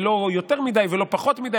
ולא יותר מדי ולא פחות מדי,